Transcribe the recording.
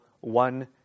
one